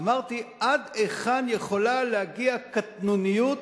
ואמרתי, עד היכן יכולה להגיע קטנוניות?